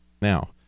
Now